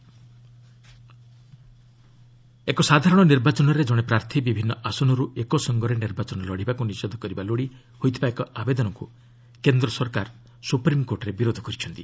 SC elections ଏକ ସାଧାରଣ ନିର୍ବାଚନରେ ଜଣେ ପ୍ରାର୍ଥୀ ବିଭିନ୍ନ ଆସନର୍ ଏକାସାଙ୍ଗରେ ନିର୍ବାଚନ ଲଢ଼ିବାକୁ ନିଷେଧ କରିବା ଲୋଡ଼ି ହୋଇଥିବା ଏକ ଆବେଦନକୁ କେନ୍ଦ୍ର ସରକାର ସୁପ୍ରିମ୍କୋର୍ଟରେ ବିରୋଧ କରିଛନ୍ତି